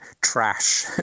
trash